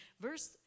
Verse